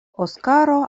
oskaro